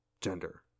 gender